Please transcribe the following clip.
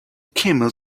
camel